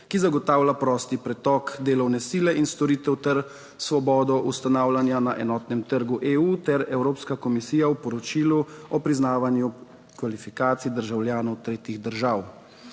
ki zagotavlja prosti pretok delovne sile in storitev ter svobodo ustanavljanja na enotnem trgu EU, ter Evropska komisija v poročilu o priznavanju kvalifikacij državljanov tretjih držav.